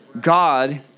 God